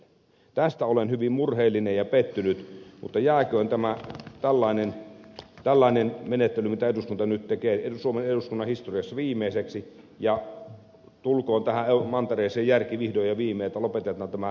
tästä olen hyvin murheellinen ja pettynyt mutta jääköön tämä tällainen menettely mitä eduskunta nyt tekee suomen eduskunnan historiassa viimeiseksi ja tulkoon tähän mantereeseen järki vihdoin ja viimein että lopetetaan tällainen velalla keinottelu